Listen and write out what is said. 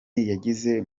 yageze